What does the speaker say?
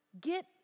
get